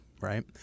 Right